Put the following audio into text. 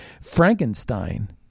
Frankenstein